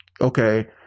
Okay